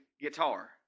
guitar